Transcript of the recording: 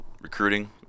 recruiting